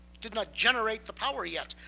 did not generate the power yet.